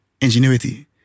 ingenuity